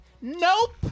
nope